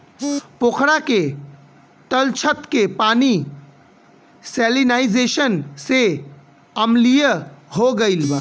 पोखरा के तलछट के पानी सैलिनाइज़ेशन से अम्लीय हो गईल बा